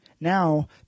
Now